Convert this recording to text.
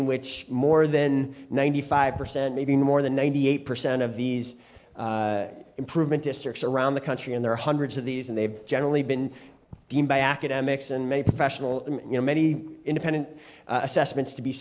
in which more than ninety five percent maybe more than ninety eight percent of these improvement districts around the country and there are hundreds of these and they've generally been deemed by academics and many professional you know many independent assessments to be